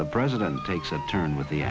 the president takes a turn with the